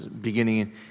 beginning